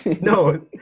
no